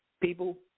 people